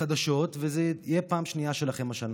חדשות וזו תהיה הפעם השנייה שלכם השנה.